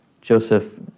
Joseph